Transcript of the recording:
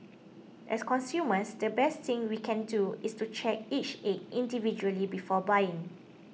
as consumers the best thing we can do is to check each egg individually before buying